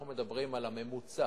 אנחנו מדברים על הממוצע,